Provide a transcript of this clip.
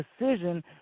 decision